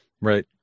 Right